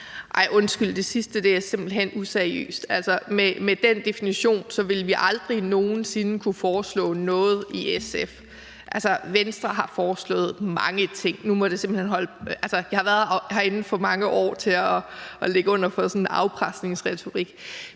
Undskyld, men det sidste er simpelt hen useriøst. Med den definition ville vi aldrig nogen sinde kunne foreslå noget i SF. Altså, Venstre har foreslået mange ting, og jeg har været herinde i for mange år til at ligge under for sådan en afpresningsretorik.